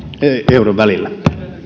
euron välillä